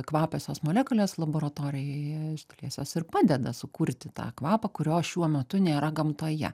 kvapiosios molekulės laboratorijoj iš dalies jos ir padeda sukurti tą kvapą kurio šiuo metu nėra gamtoje